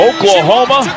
Oklahoma